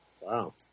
Wow